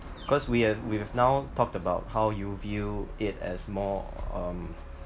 cause we have we have now talked about how you view it as more um